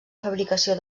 fabricació